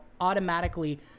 automatically